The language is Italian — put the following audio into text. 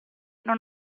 non